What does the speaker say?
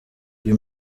uyu